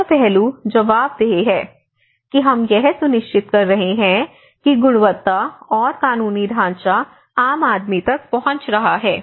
तीसरा पहलू जवाबदेह है कि हम यह सुनिश्चित कर रहे हैं कि गुणवत्ता और कानूनी ढांचा आम आदमी तक पहुंच रहा है